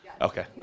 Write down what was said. Okay